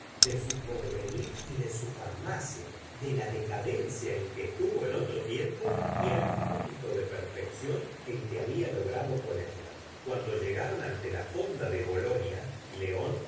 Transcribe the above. de su porvenir y de su farmacia de la decadencia en que estuvo en otro tiempo y el punto de perfección en que había logrado ponerla cuando llegaron ante la fonda de bolonia león